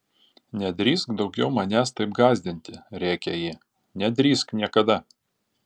nedrįsk daugiau manęs taip gąsdinti rėkė ji nedrįsk niekada